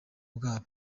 bwabo